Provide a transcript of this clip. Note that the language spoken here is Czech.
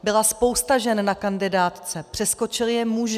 Byla spousta žen na kandidátce, přeskočili je muži.